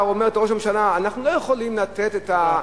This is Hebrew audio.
אומרת לראש הממשלה: אנחנו לא יכולים לתת את,